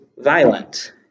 violent